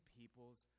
people's